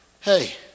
Hey